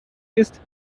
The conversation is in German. ist